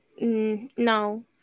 No